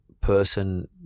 person